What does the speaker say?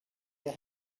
your